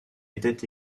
était